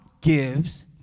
gives